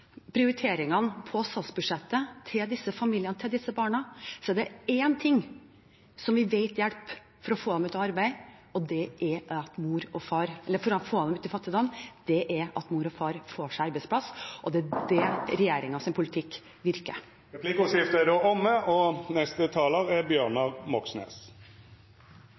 prioriteringene på statsbudsjettet til disse familiene og barna aldri så mye, er det én ting vi vet hjelper for å få dem ut av fattigdom, og det er at mor og far får seg arbeid. Det er der regjeringens politikk virker. Replikkordskiftet er omme. Universelle velferdsordninger styrker fellesskapet og er